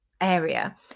area